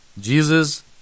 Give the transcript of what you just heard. Jesus